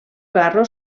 carro